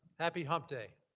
happy hump day.